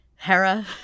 Hera